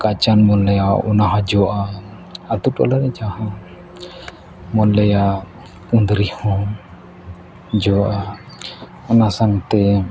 ᱠᱟᱪᱟᱱ ᱵᱚᱱ ᱞᱟᱹᱭᱟ ᱚᱱᱟ ᱚᱱᱟᱦᱚᱸ ᱡᱚᱜᱼᱟ ᱟᱹᱛᱩ ᱴᱚᱞᱟ ᱨᱮ ᱡᱟᱦᱟᱸ ᱵᱚᱱ ᱞᱟᱹᱭᱟ ᱠᱩᱫᱽᱨᱤ ᱦᱚᱸ ᱡᱚᱜᱼᱟ ᱚᱱᱟ ᱥᱟᱶᱛᱮ